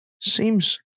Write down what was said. Seems